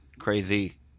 Crazy